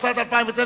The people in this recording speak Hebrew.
התשס"ט 2009,